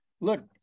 look